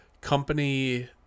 Company